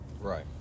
right